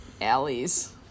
alleys